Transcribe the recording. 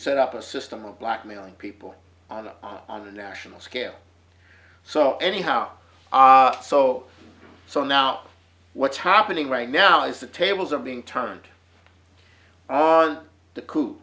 set up a system of blackmailing people on the on a national scale so anyhow so so now what's happening right now is the tables are being turned on the